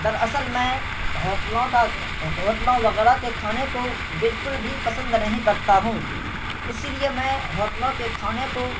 در اصل میں ہوٹلوں کا ہوٹلوں وغیرہ کے کھانے کو بالکل بھی پسند نہیں کرتا ہوں اسی لیے میں ہوٹلوں کے کھانے کو